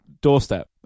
doorstep